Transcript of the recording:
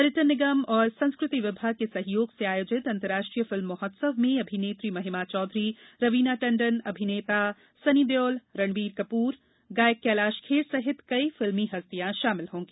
पर्यटन निगम और संस्कृति विभाग के सहयोग से आयोजित अंतर्राष्ट्रीय फिल्म महोत्सव में अभिनेत्री महिमा चौधरी रवीना टंडन अभिनेता सनी देओल रणबीर कपूर गायक कैलाश खेर सहित कई फिल्मी हस्तियां शामिल होंगी